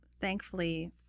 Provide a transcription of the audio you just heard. thankfully